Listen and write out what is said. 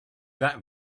that